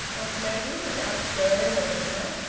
asked maggie, without stirring or looking up.